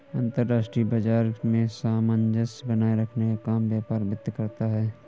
अंतर्राष्ट्रीय बाजार में सामंजस्य बनाये रखने का काम व्यापार वित्त करता है